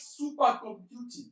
supercomputing